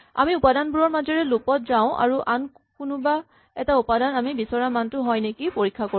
আমি উপাদানবোৰৰ মাজেৰে লুপ ত যাওঁ আৰু আৰু কোনোবা এটা উপাদান আমি বিচৰা মানটো হয় নেকি পৰীক্ষা কৰোঁ